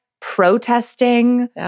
protesting